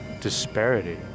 disparity